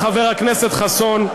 חבר הכנסת חסון,